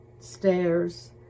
stairs